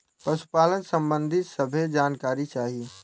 पशुपालन सबंधी सभे जानकारी चाही?